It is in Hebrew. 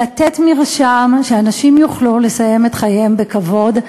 לתת מרשם שאנשים יוכלו לסיים את חייהם בכבוד,